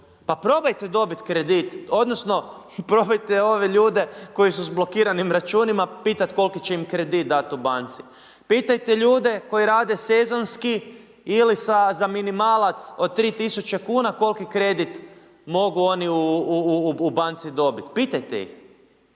Pa probajte dobiti kredit, odnosno probajte ove ljude koji su s blokiranim računima pitati koliki će im kredit dati u banci. Pitajte ljude koji rade sezonski ili za minimalac od 3000 kuna koliki kredit mogu oni u banci dobiti, pitajte ih.